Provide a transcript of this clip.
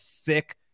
thick